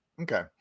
okay